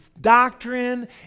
doctrine